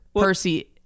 Percy